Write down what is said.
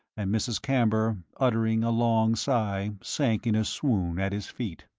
and mrs. camber, uttering a long sigh, sank in a swoon at his feet.